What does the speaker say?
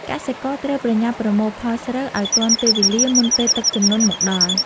កសិករត្រូវប្រញាប់ប្រមូលផលស្រូវឱ្យទាន់ពេលវេលាមុនពេលទឹកជំនន់មកដល់។